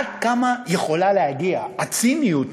עד כמה יכולה להגיע הציניות